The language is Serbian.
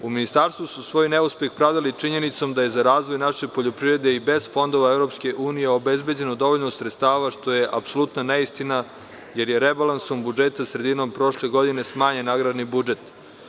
U Ministarstvu su svoj neuspeh pravdali činjenicom da je za razvoj naše poljoprivrede i bez fondova EU obezbeđeno dovoljno sredstava, što je apsolutna neistina, jer je rebalansom budžeta sredinom prošle godine smanjen agrarni budžet.